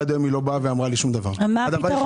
עד היום היא לא באה ולא אמרה לי דבר.